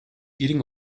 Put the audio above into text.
eating